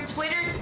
Twitter